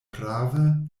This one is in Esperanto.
prave